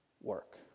work